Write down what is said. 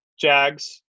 Jags